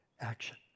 action